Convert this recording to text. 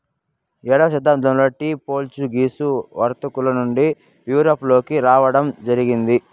ఏడవ శతాబ్దంలో tea Portuguese వర్తకుల నుండి యూరప్ లోకి రావడం జరిగింది